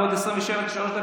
בעוד 23 דקות,